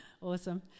Awesome